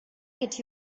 get